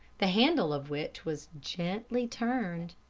the handle of which was gently turned.